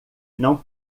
não